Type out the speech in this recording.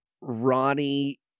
Ronnie